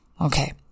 Okay